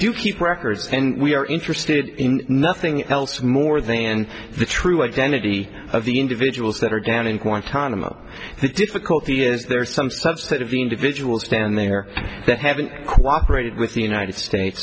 do keep records and we are interested in nothing else more than in the true identity of the individuals that are down in guantanamo the difficulty is there's some subset of individuals stand there that haven't cooperated with the united states